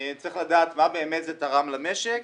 צריך לדעת מה באמת זה תרם למשק,